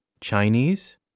Chinese